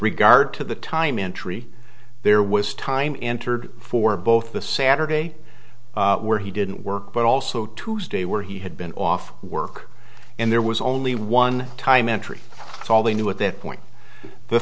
regard to the time entry there was time entered for both the saturday where he didn't work but also tuesday where he had been off work and there was only one time entry that's all they knew at that point the